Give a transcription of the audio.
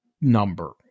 number